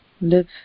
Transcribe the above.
live